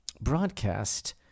broadcast